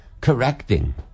correcting